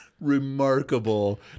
Remarkable